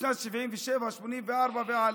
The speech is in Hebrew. משנת 1977, 1984 והלאה,